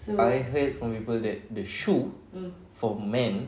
I heard from people that the shoe for men